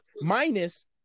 minus